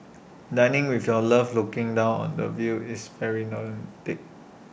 dining with your love looking down on the view is very romantic